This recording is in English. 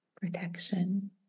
protection